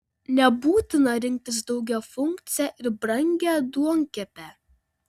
nebūtina rinktis daugiafunkcę ir brangią duonkepę